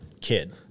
kid